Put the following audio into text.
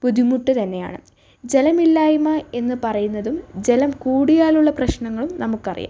ബുദ്ധിമുട്ട് തന്നെയാണ് ജലമില്ലായ്മ എന്ന് പറയുന്നതും ജലം കൂടിയാലുള്ള പ്രശ്നങ്ങളും നമുക്കറിയാം